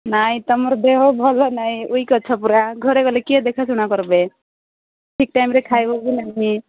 ନାଇଁ ତମର ଦେହ ଭଲ ନାହିଁ ୱିକ୍ ଅଛ ପରା ଘରେ ଗଲେ କିଏ ଦେଖାଶୁଣା କରିବେ ଠିକ୍ ଟାଇମ୍ରେ ଖାଇବ ବି ନାହିଁ